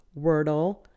Wordle